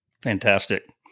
Fantastic